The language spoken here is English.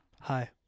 hi